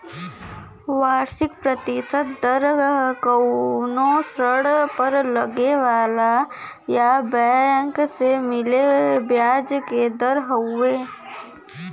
वार्षिक प्रतिशत दर कउनो ऋण पर लगे वाला या बैंक से मिले ब्याज क दर हउवे